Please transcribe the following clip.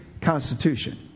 Constitution